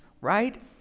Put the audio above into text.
right